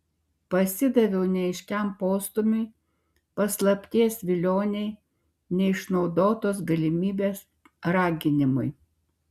pasidaviau neaiškiam postūmiui paslapties vilionei neišnaudotos galimybės raginimui